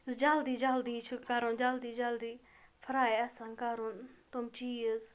یُس جلدی جلدی چھُ کَرُن جلدی جلدی فراے آسان کَرُن تم چیٖز